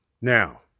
Now